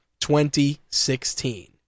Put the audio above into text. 2016